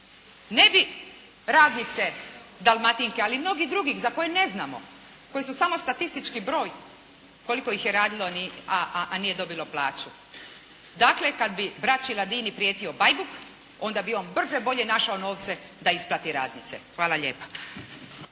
ne bi radnice Dalmatinke, ali i mnogih drugih za koje ne znamo koji su samo statistički broj koliko ih je radilo a nije dobilo plaće. Dakle, kada bi braći Ladini prijetio bajbuk onda bi on brže bolje našao novce da isplati radnice. Hvala lijepa.